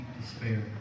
despair